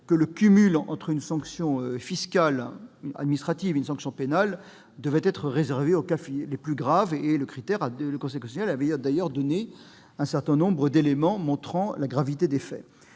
: le cumul entre une sanction administrative et une sanction pénale doit être réservé aux cas les plus graves. Et le Conseil constitutionnel a énuméré un certain nombre d'éléments prouvant la gravité des faits.